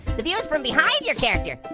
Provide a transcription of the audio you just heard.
the view is from behind your character.